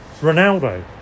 Ronaldo